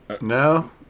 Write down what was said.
No